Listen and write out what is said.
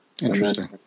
Interesting